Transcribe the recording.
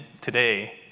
today